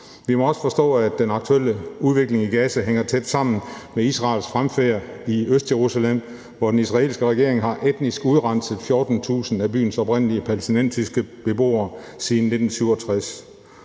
Vi må også forstå, at den aktuelle udvikling i Gaza hænger tæt sammen med Israels fremfærd i Østjerusalem, hvor den israelske regering har etnisk udrenset 14.000 af byens oprindelige palæstinensiske beboere siden 1967